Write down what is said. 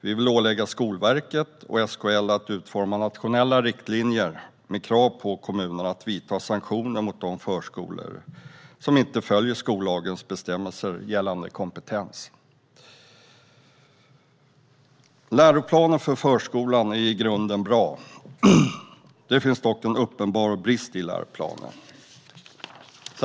Vi vill ålägga Skolverket och SKL att utforma nationella riktlinjer med krav på kommunerna att införa sanktioner mot de förskolor som inte följer skollagens bestämmelser gällande kompetens. Läroplanen för förskolan är i grunden bra. Det finns dock en uppenbar brist i läroplanen.